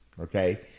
Okay